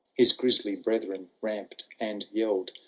his grisly brethren ramped and yell d.